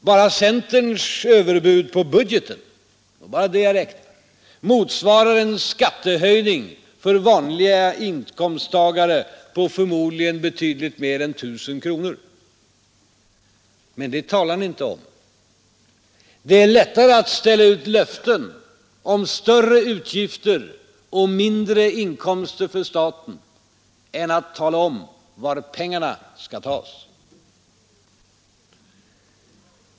Bara centerns överbud på budgeten — det är bara det jag räknar motsvarar en skattehöjning för den vanlige inkomsttagaren på förmodligen betydligt mer än 1 000 kronor. Men det talar ni inte om. Det är lättare att ställa ut löften om större utgifter och mindre inkomster för staten än att tala om var pengarna skall tas.